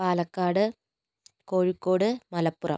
Palakkad Kozhikode Malappuram